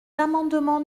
amendements